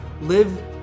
live